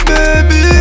Baby